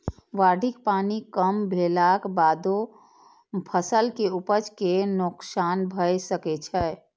बाढ़िक पानि कम भेलाक बादो फसल के उपज कें नोकसान भए सकै छै